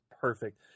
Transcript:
perfect